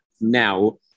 now